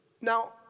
Now